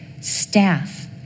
staff